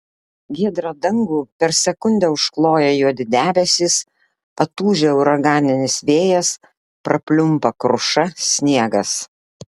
giedrą dangų per sekundę užkloja juodi debesys atūžia uraganinis vėjas prapliumpa kruša sniegas